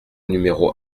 numéro